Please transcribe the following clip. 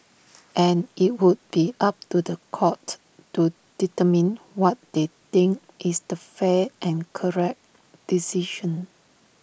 and IT would be up to The Court to determine what they think is the fair and correct decision